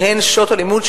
שהן שעות הלימוד,